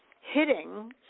hitting